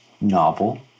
novel